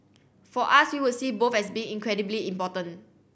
for us we would see both as being incredibly important